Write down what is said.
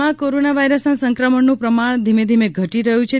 રાજ્યમાં કોરોના વાયરસના સંક્રમણનું પ્રમાણ ધીમે ધીમે ઘટી રહ્યું છે